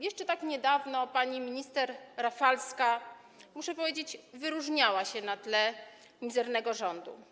Jeszcze tak niedawno pani minister Rafalska, muszę powiedzieć, wyróżniała się na tle mizernego rządu.